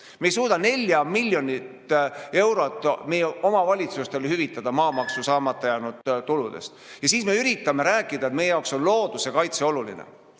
Me ei suuda 4 miljonit eurot meie omavalitsustele hüvitada maamaksu saamata jäänud tuludest ja siis me üritame rääkida, et meie jaoks on looduse kaitse oluline.